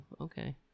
okay